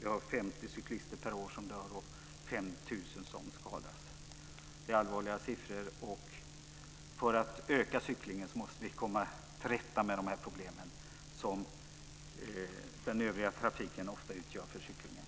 Det är 50 cyklister per år som dör och 5 000 som skadas. Det är allvarliga siffror. För att öka cyklingen måste vi komma till rätta med de här problemen, som den övriga trafiken ofta utgör för cyklingen.